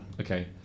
okay